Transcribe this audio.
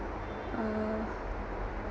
uh